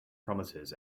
promises